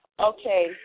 Okay